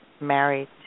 married